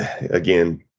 again